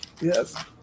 Yes